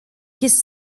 his